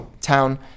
town